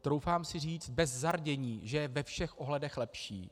Troufám si říct bez zardění, že je ve všech ohledech lepší.